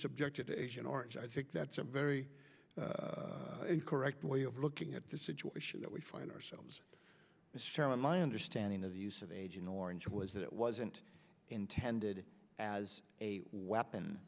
subjected to agent orange i think that's a very correct way of looking at the situation that we find ourselves sharing my understanding of the use of agent orange was that it wasn't intended as a weapon